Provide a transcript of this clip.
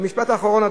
משפט אחרון.